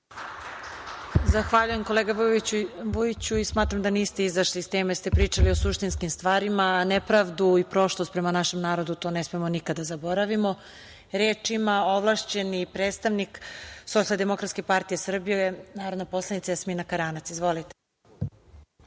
Zahvaljujem, kolega Vujiću. Smatram da niste izašli iz teme jer ste pričali o suštinskim stvarima, a nepravdu i prošlost prema našem narodu to ne smemo nikad da zaboravimo. Reč ima ovlašćeni predstavnik Socijaldemokratske partije Srbije, narodna poslanica Jasmina Karanac. Izvolite.